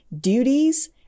duties